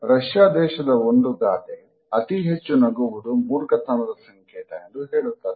Russia ದೇಶದ ಒಂದು ಗಾದೆ ಅತಿ ಹೆಚ್ಚು ನಗುವುದು ಮೂರ್ಖತನದ ಸಂಕೇತ ಎಂದು ಹೇಳುತ್ತದೆ